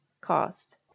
cost